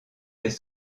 des